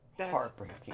heartbreaking